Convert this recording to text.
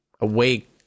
awake